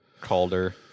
Calder